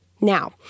Now